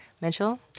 Mitchell